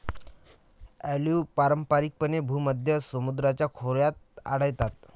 olive पारंपारिकपणे भूमध्य समुद्राच्या खोऱ्यात आढळतात